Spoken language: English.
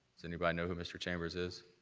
does anybody know who mr. chambers is?